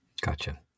Gotcha